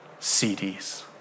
CDs